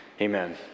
Amen